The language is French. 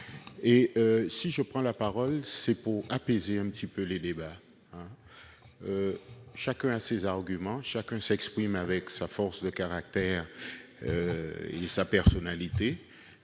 Je prends la parole pour apaiser un peu les débats. Chacun a ses arguments. Chacun s'exprime avec sa force de caractère et sa personnalité.